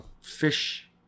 fish